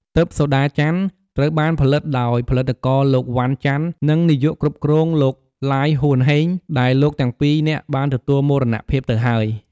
ទិព្វសូដាច័ន្ទ ត្រូវបានផលិតដោយផលិតករលោក វណ្ណ ចន្ទ និងនាយកគ្រប់គ្រងលោក ឡាយហួន ហេង ដែលលោកទាំងពីរនាក់បានទទួលមរណភាពទៅហើយ។